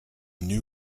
new